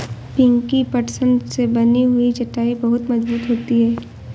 पिंकी पटसन से बनी हुई चटाई बहुत मजबूत होती है